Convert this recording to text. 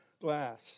glass